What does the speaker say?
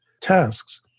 tasks